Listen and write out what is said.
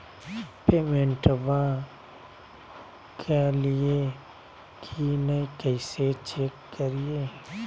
पेमेंटबा कलिए की नय, कैसे चेक करिए?